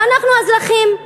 ואנחנו האזרחים,